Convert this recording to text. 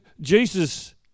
Jesus